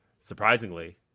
surprisingly